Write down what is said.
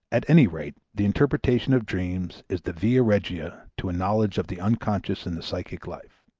at any rate the interpretation of dreams is the via regia to a knowledge of the unconscious in the psychic life.